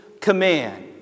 command